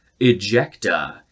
ejecta